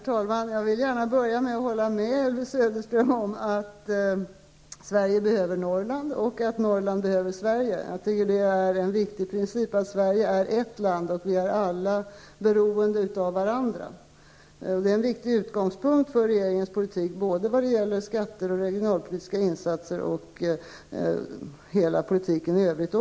Herr talman! Jag håller med Elvy Söderström om att Sverige behöver Norrland och att Norrland behöver Sverige. Det är en viktig princip att Sverige är ett land och att vi alla är beroende av varandra. Det är en viktig utgångspunkt för regeringens politik både när det gäller skatter och när det gäller regionalpolitiska insatser men även beträffande regeringens politik i övrigt.